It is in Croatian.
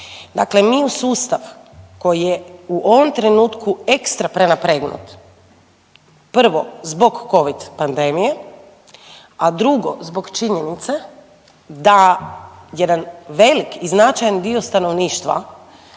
Dakle mi u sustav koji je u ovom trenutku ekstra prenapregnut prvo zbog covid pandemije, a drugo zbog činjenice da jedan velik i značajan dio stanovništva